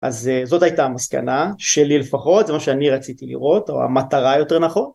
אז זאת הייתה המסקנה שלי לפחות, זה מה שאני רציתי לראות, או המטרה יותר נכון.